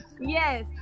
Yes